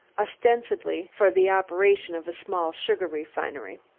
ostensibly for the operation of a small sugar refinery.